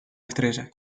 estrella